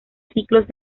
ciclos